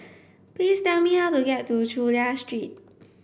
please tell me how to get to Chulia Street